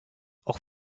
auch